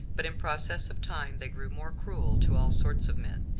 but in process of time they grew more cruel to all sorts of men,